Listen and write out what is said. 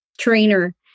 trainer